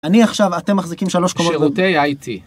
אני עכשיו, אתם מחזיקים שלוש קומות קודם. שירותי IT.